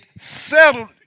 settled